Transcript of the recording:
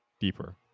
deeper